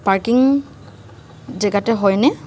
parking জেগাতে হয়নে